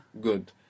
Good